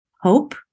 hope